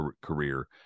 career